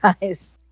guys